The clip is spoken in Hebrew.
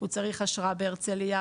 הוא צריך אשרה בהרצליה,